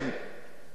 אם הם לא שרים.